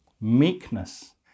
meekness